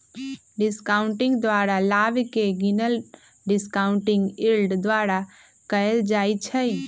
discounting द्वारा लाभ के गिनल डिस्काउंटिंग यील्ड द्वारा कएल जाइ छइ